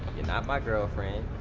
you're not my girlfriend.